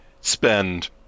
spend